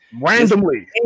Randomly